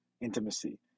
intimacy